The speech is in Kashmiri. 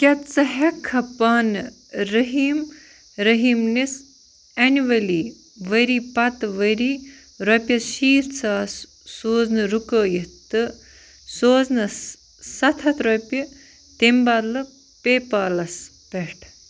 کیٛاہ ژٕ ہٮ۪ککھا پانہٕ رٔحیٖم رٔحیٖمنِس اٮ۪نؤلی ؤری پتہٕ ؤری رۄپیَس شیٖتھ ساس سوزنہٕ رُکایِتھ تہٕ سوزنَس سَتھ ہَتھ رۄپیہِ تٔمۍ بدلہٕ پے پالَس پیٹھ